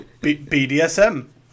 B-D-S-M